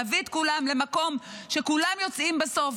להביא את כולם למקום שכולם יוצאים בסוף